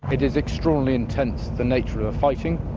it is extraordinarily intense, the nature of the fighting,